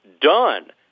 done